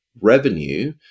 revenue